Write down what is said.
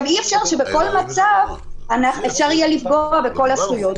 אי-אפשר שבכל מצב אפשר יהיה לפגוע בכל הזכויות.